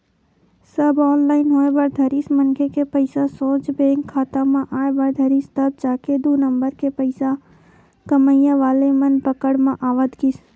सब online होय बर धरिस मनखे के पइसा सोझ बेंक खाता म आय बर धरिस तब जाके दू नंबर के पइसा कमइया वाले मन पकड़ म आवत गिस